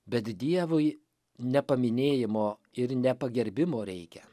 bet dievui ne paminėjimo ir ne pagerbimo reikia